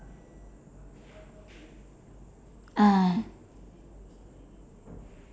ah